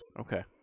Okay